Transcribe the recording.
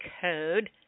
code